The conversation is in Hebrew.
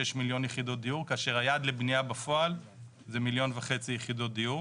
מיליון יחידות דיור כאשר היעד לבנייה בפועל זה 1.5 מיליון יחידות דיור.